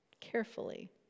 carefully